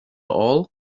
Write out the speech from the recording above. all